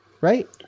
right